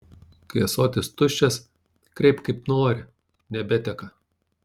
kai ąsotis tuščias kreipk kaip nori nebeteka